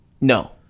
No